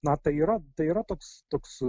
na tai yra tai yra toks toks